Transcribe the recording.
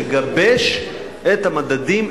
לגבש את המדדים,